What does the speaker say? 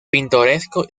pintoresco